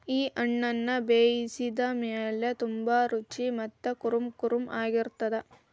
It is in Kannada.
ಈ ಹಣ್ಣುನ ಬೇಯಿಸಿದ ಮೇಲ ತುಂಬಾ ರುಚಿ ಮತ್ತ ಕುರುಂಕುರುಂ ಆಗಿರತ್ತದ